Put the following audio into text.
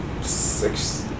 six